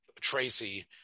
Tracy